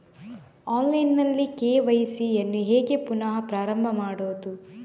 Online ನಲ್ಲಿ KYC ಯನ್ನು ಹೇಗೆ ಪುನಃ ಪ್ರಾರಂಭ ಮಾಡುವುದು?